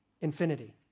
infinity